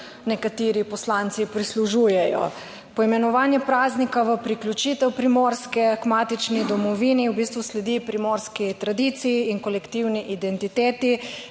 nekateri poslanci prislužujejo. Poimenovanje praznika v priključitev Primorske k matični domovini, v bistvu sledi primorski tradiciji in kolektivni identiteti,